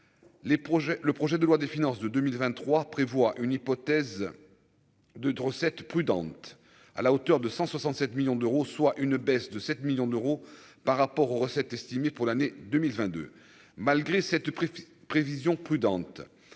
le projet de loi des finances de 2023 prévoit une hypothèse de de recettes prudente à la hauteur de 167 millions d'euros, soit une baisse de 7 millions d'euros par rapport aux recettes estimées pour l'année 2022, malgré cette prévision prudente